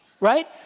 right